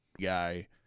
guy